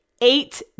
Eight